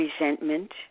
resentment